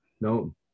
no